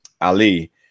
Ali